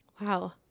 Wow